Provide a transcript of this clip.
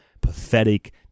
pathetic